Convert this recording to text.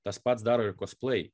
tas pats daro kos plei